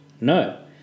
No